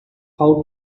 how